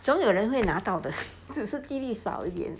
总有人会拿到的只是激励少一点